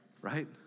right